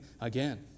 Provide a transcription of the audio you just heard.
again